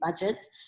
budgets